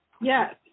yes